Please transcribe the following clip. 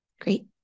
great